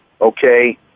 okay